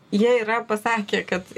jie yra pasakę kad